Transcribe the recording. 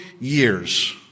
years